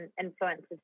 influences